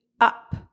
up